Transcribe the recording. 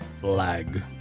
flag